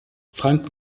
frank